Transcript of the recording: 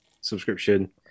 subscription